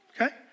okay